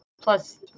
plus